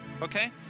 Okay